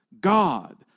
God